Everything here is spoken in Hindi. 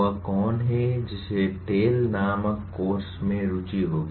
वह कौन है जिसे टेल नामक कोर्स में रुचि होगी